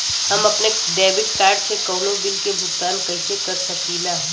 हम अपने debit card से कउनो बिल के भुगतान कइसे कर सकीला?